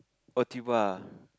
oh tuba